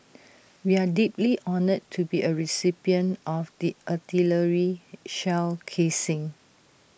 we are deeply honoured to be A recipient of the artillery shell casing